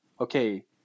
okay